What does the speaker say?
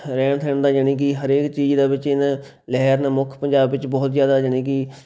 ਰਹਿਣ ਸਹਿਣ ਦਾ ਜਾਣੀ ਕਿ ਹਰੇਕ ਚੀਜ਼ ਦਾ ਵਿੱਚ ਇਹਨੇ ਲਹਿਰ ਨੇ ਮੁੱਖ ਪੰਜਾਬ ਵਿੱਚ ਬਹੁਤ ਜ਼ਿਆਦਾ ਜਣੀ ਕਿ